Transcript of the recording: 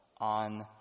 on